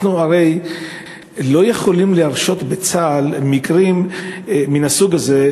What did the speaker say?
אנחנו הרי לא יכולים להרשות שיהיו בצה"ל מקרים מהסוג הזה.